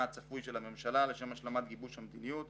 הצפוי של הממשלה לשם השלמת גיבוש המדיניות,